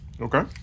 okay